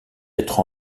être